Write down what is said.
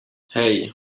hey